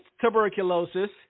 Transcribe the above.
tuberculosis